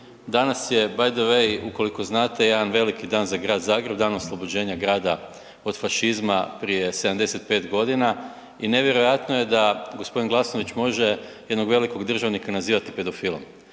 Danas je btw. ukoliko znate jedan veliki dan za Grad Zagreb, Dan oslobođenja grada od fašizma prije 75.g. i nevjerojatno je da g. Glasnović može jednog velikog državnika nazivati pedofilom.